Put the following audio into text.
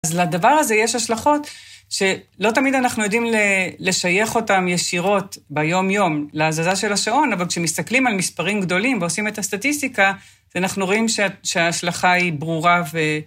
אז לדבר הזה יש השלכות שלא תמיד אנחנו יודעים לשייך אותן ישירות ביום-יום להזזה של השעון, אבל כשמסתכלים על מספרים גדולים ועושים את הסטטיסטיקה, אנחנו רואים שההשלכה היא ברורה ו...